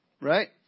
Right